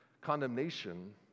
Condemnation